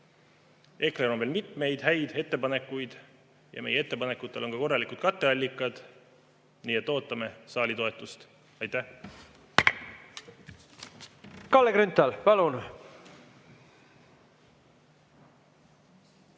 on veel mitmeid häid ettepanekuid ja meie ettepanekutel on ka korralikud katteallikad. Nii et ootame saali toetust. Aitäh! Aitäh,